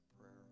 prayer